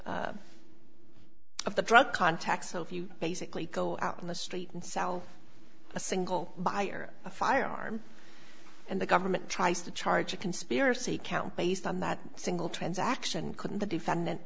the of the drug context so if you basically go out in the street and sell a single buyer a firearm and the government tries to charge a conspiracy count based on that single transaction couldn't the defendant